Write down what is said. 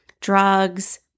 drugs